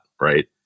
Right